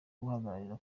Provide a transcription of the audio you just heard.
guharanira